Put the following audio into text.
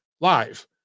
live